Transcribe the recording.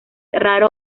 raro